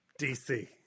DC